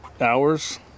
hours